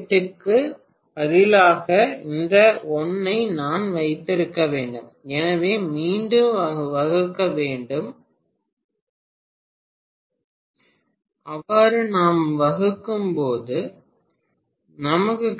8 க்கு பதிலாக இந்த 1 ஐ நான் வைத்திருக்க வேண்டும் எனவே மீண்டும் வகுக்க வேண்டும் 1100 12